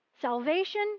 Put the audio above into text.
Salvation